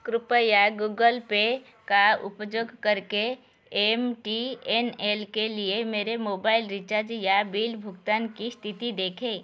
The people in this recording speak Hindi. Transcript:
कृप्या गूगल पे का उपयोग करके एम टी एन एल के लिए मेरे मोबाइल रिचार्ज या बिल भुगतान की स्थिति देखें